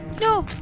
No